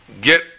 get